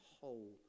whole